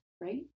right